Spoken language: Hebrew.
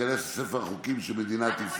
ותיכנס לספר החוקים של מדינת ישראל.